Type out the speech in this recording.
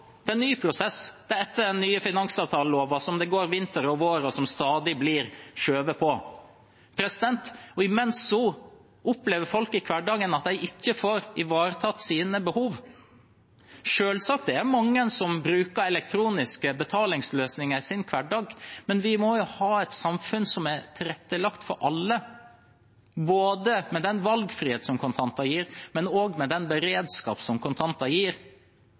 til en ny prosess, til etter den nye finansavtaleloven, som tar vinter og vår og stadig blir forskjøvet. Imens opplever folk i hverdagen at de ikke får ivaretatt sine behov. Selvsagt er det mange som bruker elektroniske betalingsløsninger i sin hverdag, men vi må ha et samfunn som er tilrettelagt for alle, både med den valgfriheten som kontanter gir, og med den beredskapen som kontanter gir.